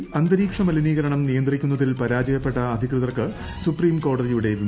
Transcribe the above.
ഡൽഹിയിൽ അന്തരീക്ഷ മലിനീകരണം നിയന്ത്രിക്കുന്നതിൽ പരാജയപ്പെട്ട അധികൃതർക്ക് സുപ്രീം കോടതിയുടെ വിമർശനം